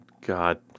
God